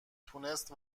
تونست